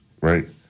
right